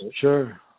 Sure